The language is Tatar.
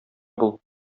бул